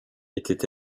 était